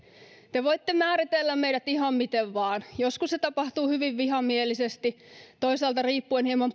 te voitte määritellä meidät ihan miten vain joskus se tapahtuu hyvin vihamielisesti toisaalta riippuen hieman